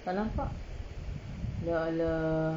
tak nampak ya allah